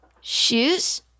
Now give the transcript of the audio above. shoes